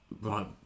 right